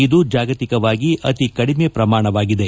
ಇದು ಜಾಗತಿಕವಾಗಿ ಅತಿ ಕಡಿಮೆ ಪ್ರಮಾಣವಾಗಿದೆ